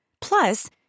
Plus